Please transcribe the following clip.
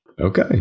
Okay